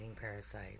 parasite